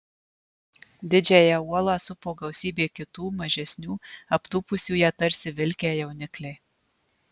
didžiąją uolą supo gausybė kitų mažesnių aptūpusių ją tarsi vilkę jaunikliai